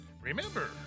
Remember